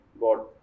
got